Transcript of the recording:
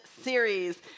series